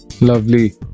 Lovely